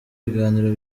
ibiganiro